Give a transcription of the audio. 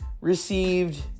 received